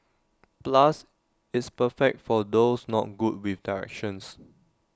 plus it's perfect for those not good with directions